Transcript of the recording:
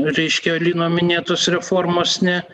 reiškia lino minėtos reformos ne